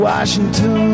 Washington